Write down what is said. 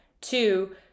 Two